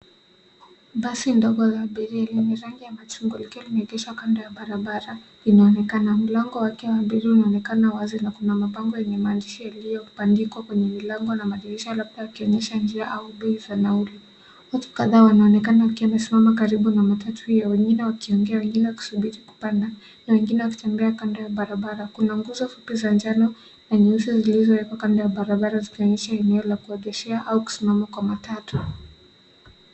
Basi ndogo la abiria lenye rangi ya machungwa likiwa limeegeshwa kando ya barabara inaonekana. Mlango wake wa mbele unaonekana wazi na kuna mapambo yenye maandishi yaliyobandikwa kwenye milango na madirisha labda yakionyesha njia au bei za nauli. Watu kadhaa wanaonekana wakiwa wamesimama karibu na matatu hio, wengine wakiongea, wengine wakisubiri kupanda, na wengine wakitembea kando ya barabara. Kuna nguzo fupi za njano na nyeusi zilizowekwa kando ya barabara zikionyesha eneo la kuegesha au kusimama kwa matatu.